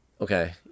Okay